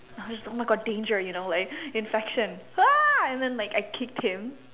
I was oh my God danger you know like infection and then I kicked him